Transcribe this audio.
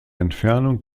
entfernung